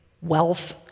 wealth